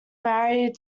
married